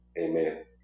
Amen